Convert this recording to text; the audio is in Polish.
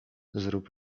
zrób